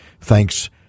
thanks